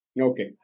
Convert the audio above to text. Okay